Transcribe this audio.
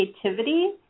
creativity